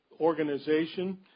organization